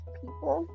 people